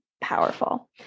powerful